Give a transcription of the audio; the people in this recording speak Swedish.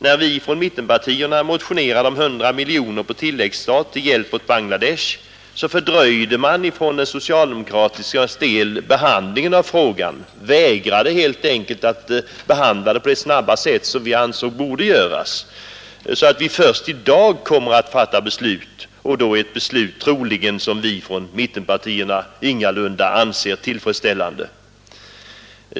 När vi från mittenpartierna motionerade om 100 miljoner kronor på tilläggsstat till hjälp åt Bangladesh, fördröjde socialdemokraterna behandlingen av frågan, vägrade helt enkelt att behandla den på det snabba sätt som vi ansåg behövligt, så att vi först i dag kommer att fatta beslut och då troligen ett beslut som vi från mittenpartierna ingalunda anser tillfredsställande.